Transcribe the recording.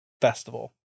festival